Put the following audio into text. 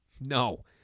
No